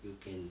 you can